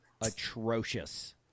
atrocious